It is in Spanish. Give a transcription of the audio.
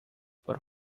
por